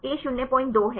K 02 है